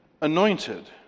anointed